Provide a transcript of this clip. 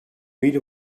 mire